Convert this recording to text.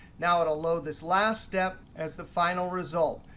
now at a low this last step as the final result.